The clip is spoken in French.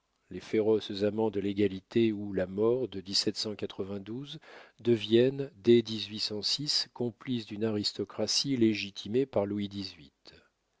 les féroces amants de l'égalité ou la mort de deviennent dès complices d'une aristocratie légitimée par louis